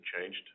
changed